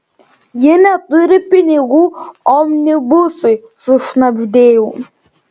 ji neturi pinigų omnibusui sušnabždėjau